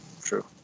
True